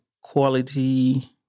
quality